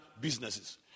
businesses